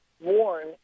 warn